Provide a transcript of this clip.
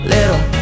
Little